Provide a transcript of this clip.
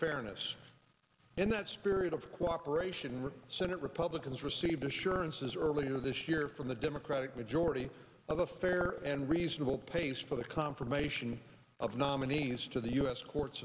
fairness and that spirit of cooperation with senate republicans received assurances earlier this year from the democratic majority of a fair and reasonable pace for the confirmation of nominees to the u s courts